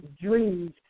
dreams